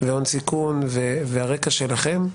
הון סיכון והרקע שלכם.